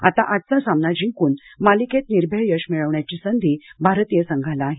आता आजचा सामना जिंकून मालिकेत निर्भेळ यश मिळवण्याची संधी भारतीय संघाला आहे